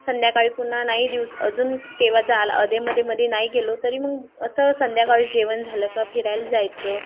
संध्याकाळी पुन्हा नाही दिवस अजून केव्हा जा आल अध्येमध्येमध्ये नाही गेलो तरी मग असं संध्याकाळी जेवण झालं का फिरायला जायचं